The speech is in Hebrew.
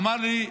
אמר לי,